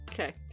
Okay